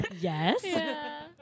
Yes